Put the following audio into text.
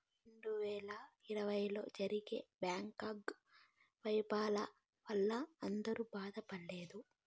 రెండు వేల ఇరవైలో జరిగిన బ్యాంకింగ్ వైఫల్యాల వల్ల అందరూ బాధపడలేదు